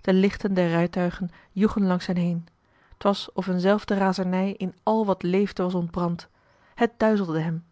de lichten der rijtuigen joegen langs hen heen t was of eenzelfde razernij in al wat leefde was ontbrand het duizelde hem